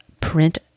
print